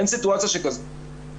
אין סיטואציה שכזאת.